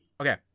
Okay